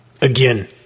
Again